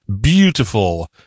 beautiful